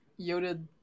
Yoda